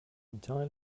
entirely